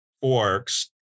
forks